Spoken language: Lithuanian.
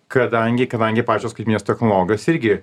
kadangi kadangi pačios skaitmeninės technologijos irgi